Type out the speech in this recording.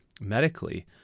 medically